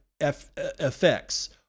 effects